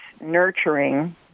nurturing